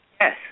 Yes